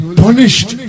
punished